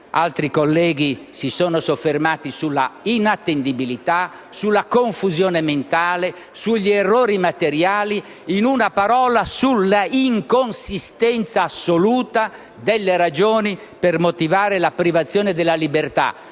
Altri colleghi si sono soffermati sulla inattendibilità, sulla confusione mentale, sugli errori materiali, in una parola sulla inconsistenza assoluta delle ragioni per motivare la privazione della libertà